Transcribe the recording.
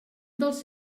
dels